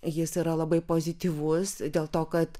jis yra labai pozityvus dėl to kad